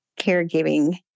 caregiving